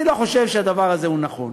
אני לא חושב שהדבר הזה נכון.